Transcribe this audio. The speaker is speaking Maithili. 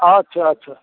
अच्छा अच्छा